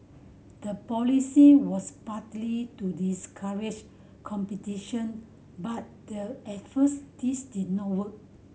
the policy was partly to discourage competition but the at first this did not work